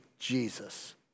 Jesus